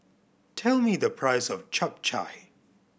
tell me the price of Chap Chai